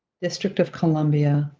district of columbia,